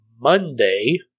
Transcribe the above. Monday